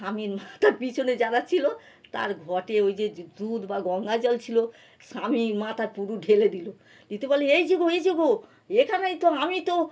স্বামীর মাথার পিছনে যারা ছিল তার ঘটে ওই যে দুধ বা গঙ্গা জল ছিল স্বামীর মাথায় পুরো ঢেলে দিল দিতে বলে এই যে গো এই যে গো এখানেই তো আমি তো